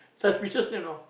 suspicious name you know